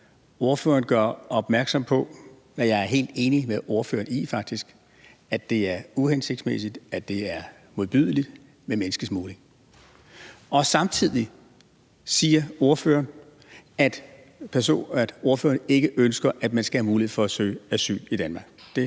Ordføreren gør opmærksom på, hvad jeg faktisk er helt enig med ordføreren i, at det er uhensigtsmæssigt, og at det er modbydeligt med menneskesmugling. Samtidig siger ordføreren, at ordføreren ikke ønsker, at man skal have mulighed for at søge asyl i Danmark.